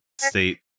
state